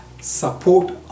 support